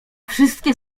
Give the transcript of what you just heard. wszystkie